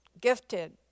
gifted